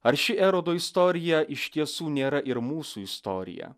ar ši erodo istorija iš tiesų nėra ir mūsų istorija